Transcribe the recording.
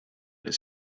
his